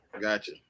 Gotcha